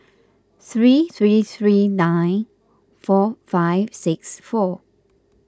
three three three nine four five six four